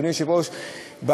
אדוני היושב-ראש,